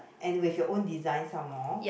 and with your own design some more